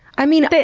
i mean,